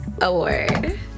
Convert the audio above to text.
award